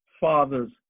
father's